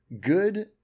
good